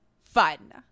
fun